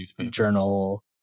journal